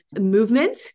movement